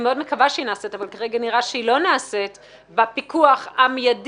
מאוד מקווה שהיא נעשית אבל כרגע נראה שהיא לא נעשית בפיקוח המיידי,